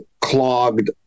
clogged